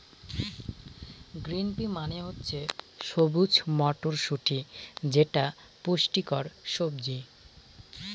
green pea মানে হচ্ছে সবুজ মটরশুটি যেটা পুষ্টিকর সবজি